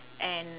and